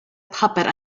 puppet